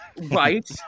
Right